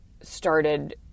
started